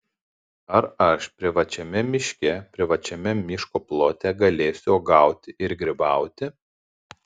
ar aš privačiame miške privačiame miško plote galėsiu uogauti ir grybauti